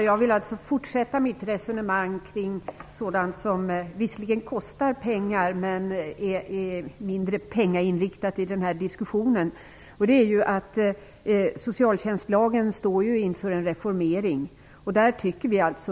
Herr talman! Jag vill fortsätta mitt resonemang kring sådant som visserligen kostar pengar men är mindre pengainriktat i diskussionen. Socialtjänstlagen står inför en reformering.